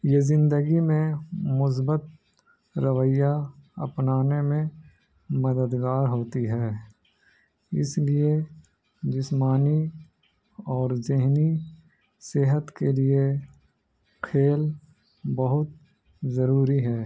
یہ زندگی میں مثبت رویہ اپنانے میں مددگار ہوتی ہے اس لیے جسمانی اور ذہنی صحت کے لیے کھیل بہت ضروری ہے